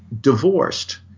divorced